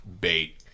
bait